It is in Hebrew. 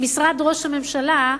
משרד ראש הממשלה,